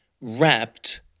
wrapped